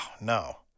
No